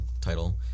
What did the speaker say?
title